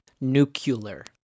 nuclear